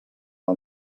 del